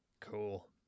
Cool